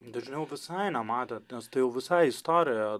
dažniau visai nematę nes tai jau visai istorija